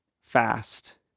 fast